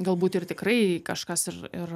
galbūt ir tikrai kažkas ir ir